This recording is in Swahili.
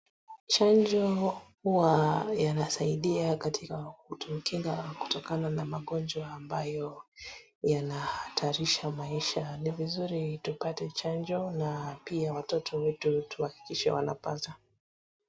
Chanjo huwa yanasaidia katika kukinga kutokana na magonjwa ambyo yanahatarisha maisha. Ni vizuri tupate chanjo na pia watoto wetu tuhakikishe wanapata.